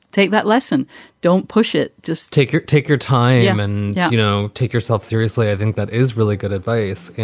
take that lesson don't push it, just take her, take your time and, you know, take yourself seriously. i think that is really good advice. and